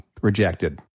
rejected